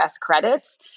credits